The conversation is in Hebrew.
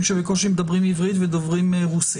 שבקושי מדברים עברית ודוברים רוסית.